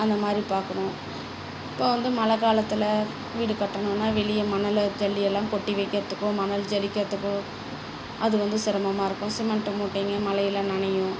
அந்தமாதிரி பார்க்கணும் இப்போ வந்து மழை காலத்தில் வீடு கட்டணுன்னா வெளிய மணலை ஜல்லி எல்லாம் கொட்டி வைக்கிறதுக்கும் மணல் ஜலிக்கற்துக்கும் அது வந்து சிரமமாக இருக்கும் சிமெண்ட் மூட்டைங்க மழையில் நனையும்